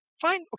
fine